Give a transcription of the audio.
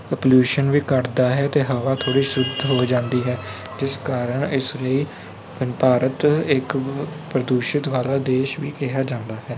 pollution ਵੀ ਘੱਟਦਾ ਹੈ ਅਤੇ ਹਵਾ ਥੋੜ੍ਹੀ ਸ਼ੁੱਧ ਹੋ ਜਾਂਦੀ ਹੈ ਜਿਸ ਕਾਰਨ ਇਸ ਲਈ ਭਾਰਤ ਇੱਕ ਪ੍ਰਦੂਸ਼ਿਤ ਵਾਲਾ ਦੇਸ਼ ਵੀ ਕਿਹਾ ਜਾਂਦਾ ਹੈ